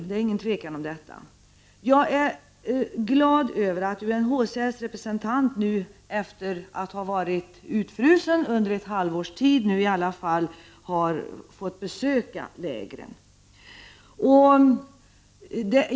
Det är inget tvivel om det. Jag är glad över att UNHCR:s representant nu, efter att ha varit utfrusen under ett halvårs tid, nu ändå har fått besöka lägren.